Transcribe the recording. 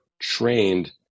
trained